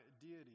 deity